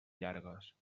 llargues